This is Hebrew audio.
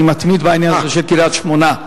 אני מתמיד בעניין הזה של קריית-שמונה,